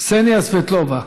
קסניה סבטלובה,